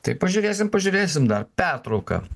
tai pažiūrėsim pažiūrėsim dar pertrauka